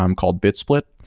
um called bitsplit,